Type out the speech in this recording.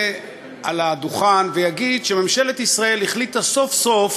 לדוכן ויגיד שממשלת ישראל החליטה סוף-סוף